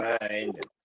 mind